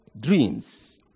dreams